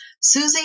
Susie